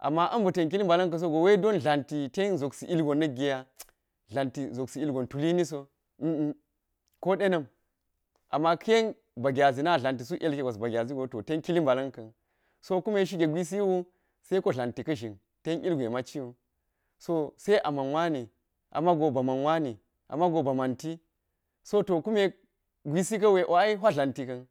Amma har biten kili ba̱la̱n ka̱sogo wai don tlanti ten ȝobsi ilgon na̱la ge, tlanti ȝobsi ilgon tuliniso ko ɗena̱m, amma karen ba gyaȝi na tlanti suk ilke gwas ba gyaȝigo to ten kili ba̱la̱nka̱n. So kune shige gwisiwu, sa̱iko tlanti ka shin ten ilgwe ma̱ciwu. So sai ama̱n wani ama̱go bama̱n wani, ama̱go ba ma̱nti. Soto kume gwisi ka̱wu huya tla̱nti ka̱n.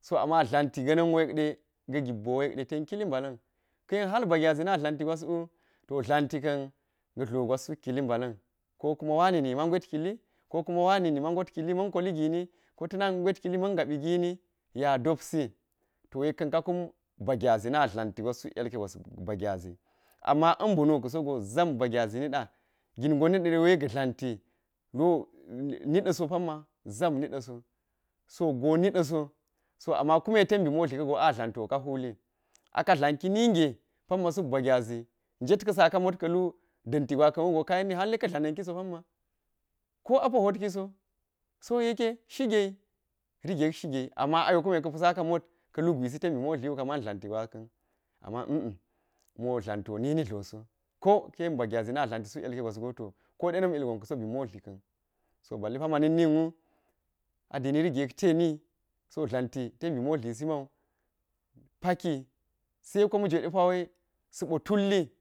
So amma tla̱nti ga̱nna̱now yekɗȝe ga̱ gibbowo yekde ten kili ba̱la̱n. Ka̱yen ha̱r ba gyaȝi na tlanti gwaswu to tlanti ka̱n ga tlogwas suk kili ba̱la̱n kokuma̱ wa̱ni nima gwet kili ko kuma wa̱ni gwot kili ma̱n koli gini, ko tana gwet kili ma̱n koli gini, ko tana gwet kili ma̱n ga̱bi gidi, yek a dopsi, to yekka̱n ka̱ kum ba̱ gyaȝi na tlanti gwas suk ilke gwas ba gyaȝi, amma anbi nuksogoo ȝam ba̱ gyazi nia̱ gini gonɗȝe niɗȝa̱, wa̱i ga tlanti ni ɗaso pa̱nma̱ ni ɗaso sogo niɗa so, so amma kunne ten motli ka̱go a tlantiwo ka̱ huli, aka̱ tlanti ninge pa̱nma̱ suk ba̱ gyaȝi jetka̱ sa̱ka̱ mot ka̱lu ɗanti gwaka̱n wugo ka̱yeni halle ka tlanin kiso pa̱nma̱, ko aho hotkiso, so yekke shigeyi, rige yek shigeyi ama ayo kune ka̱ho sa̱ka̱ mot tenbi matliwu ka̱homa̱n tla̱nti gwa̱nkan, amma̱ an an mo tla̱ntiwo nini tloso. Ko ka̱ren ba̱ gyaȝi na tla̱nti suk ilkeyi gwa̱sgo to kodena̱m ilgon ka̱so bi motli kan. So ba̱le pa̱nma̱ na̱kninwu adini rige yek teyini so tla̱nti ten motli sima̱u pa̱kiyi, saiko ma̱jede pa̱wa̱i sa'o tulli.